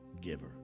giver